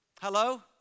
Hello